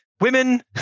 women